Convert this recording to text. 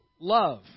love